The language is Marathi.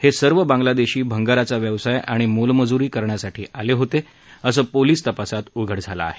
हे सर्व बांगलादेशी भंगारचा व्यवसाय आणि मोलमजुरी करण्यासाठी आले होते असं पोलीस तपासात उघड झालं आहे